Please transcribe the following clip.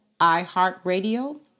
iHeartRadio